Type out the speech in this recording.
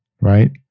Right